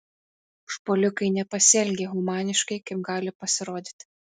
užpuolikai nepasielgė humaniškai kaip gali pasirodyti